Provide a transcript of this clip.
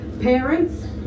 parents